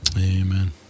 Amen